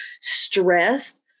stress